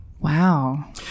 Wow